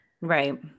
Right